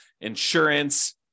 insurance